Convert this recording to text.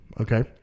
okay